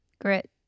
Grit